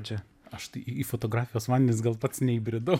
čia aš į fotografijos vandenis gal pats neįbridau